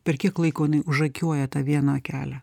per kiek laiko jinai užakiuoja tą vieną akelę